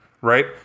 Right